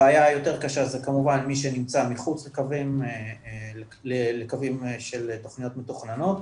הבעיה היותר קשה זה כמובן מי שנמצא מחוץ לקווים של תכניות מתוכננות.